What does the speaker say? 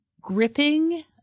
gripping